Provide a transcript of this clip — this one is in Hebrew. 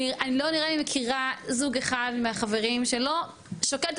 אני לא נראה לי מכירה זוג אחד מהחברים שלא שוקל את